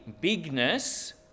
bigness